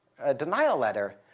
a denial letter.